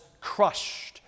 crushed